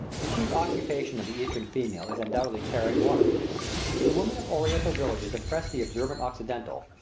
the chief occupation of the eastern female is undoubtedly carrying water the women of oriental villages impress the observant occidental,